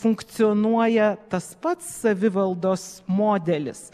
funkcionuoja tas pats savivaldos modelis